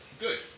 good